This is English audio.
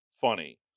funny